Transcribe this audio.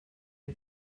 une